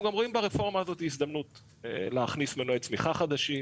גם רואים ברפורמה הזאת הזדמנות להכניס מנועי צמיחה חדשים,